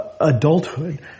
adulthood